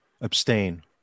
abstain